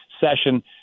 session